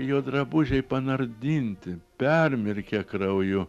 jo drabužiai panardinti permirkę krauju